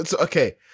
Okay